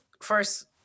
first